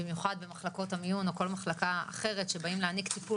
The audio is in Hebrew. במיוחד במחלקות המיון או כל מחלקה אחרת שבאים להעניק טיפול